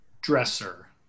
dresser